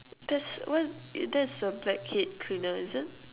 that's what that's a blackhead cleaner is it